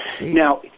Now